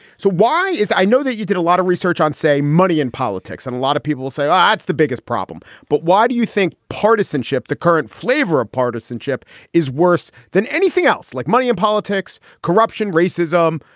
so why is i know that you did a lot of research on, say, money in politics, and a lot of people say um that's the biggest problem. but why do you think partisanship, the current flavor of partisanship is worse than anything else, like money in politics, corruption, racism,